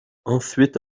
ensuite